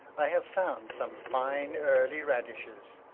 i have found some fine early radishes.